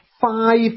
five